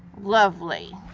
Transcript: lovely.